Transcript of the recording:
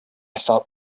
felt